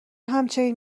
همچنین